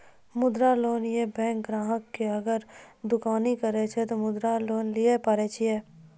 मुद्रा लोन ये बैंक ग्राहक ने अगर दुकानी करे छै ते मुद्रा लोन लिए पारे छेयै?